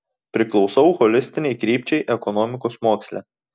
priklausau holistinei krypčiai ekonomikos moksle